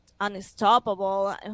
unstoppable